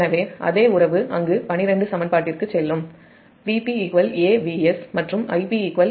எனவே அதே உறவு அங்கு 12 சமன்பாட்டிற்குச் செல்லும்Vp A Vsமற்றும்Ip A Is